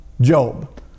Job